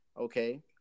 okay